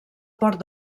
port